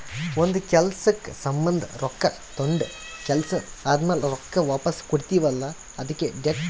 ಒಂದ್ ಕೆಲ್ಸಕ್ ಸಂಭಂದ ರೊಕ್ಕಾ ತೊಂಡ ಕೆಲ್ಸಾ ಆದಮ್ಯಾಲ ರೊಕ್ಕಾ ವಾಪಸ್ ಕೊಡ್ತೀವ್ ಅಲ್ಲಾ ಅದ್ಕೆ ಡೆಟ್ ಅಂತಾರ್